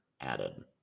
added